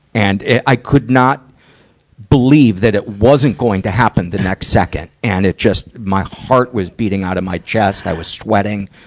and, i could not believe that it wasn't going to happen the next second. and it just, my heart was beating out of my chest. i was sweating.